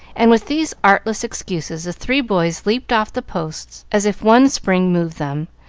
and with these artless excuses the three boys leaped off the posts, as if one spring moved them,